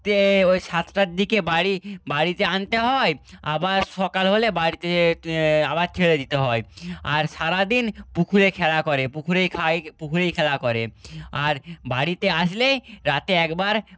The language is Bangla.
রাত্রে ওই সাতটার দিকে বাড়ি বাড়িতে আনতে হয় আবার সকাল হলে বাড়িতে আবার ছেড়ে দিতে হয় আর সারাদিন পুকুরে খেলা করে পুকুরেই খায় পুকুরেই খেলা করে আর বাড়িতে আসলেই রাতে একবার